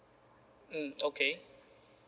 mm okay